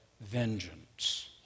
vengeance